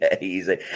easy